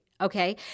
Okay